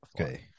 Okay